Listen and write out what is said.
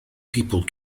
people